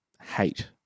hate